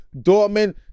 Dortmund